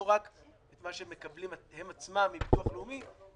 לא רק את מה שהם מקבלים הם עצמם מביטוח הלאומי,